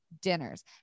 Dinners